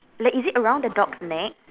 like is it around the dog's neck